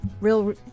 real